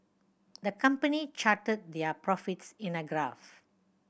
the company charted their profits in a graph